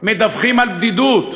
מדווחים על בדידות.